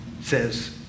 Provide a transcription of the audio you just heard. Says